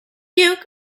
hugh